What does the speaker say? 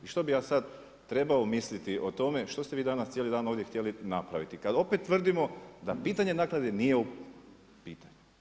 I što bih ja sad trebao misliti o tome što ste vi danas cijeli dan ovdje htjeli napraviti kad opet tvrdimo da pitanje naknade nije u pitanju.